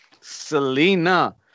Selena